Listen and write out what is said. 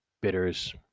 bitters